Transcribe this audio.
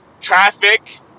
traffic